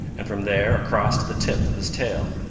and from there across to the tip of his tail.